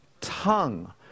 tongue